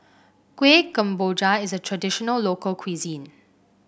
Kuih Kemboja is a traditional local cuisine